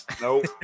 Nope